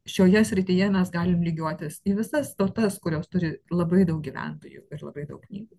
šioje srityje mes galim lygiuotis į visas tautas kurios turi labai daug gyventojų ir labai daug knygų